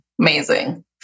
Amazing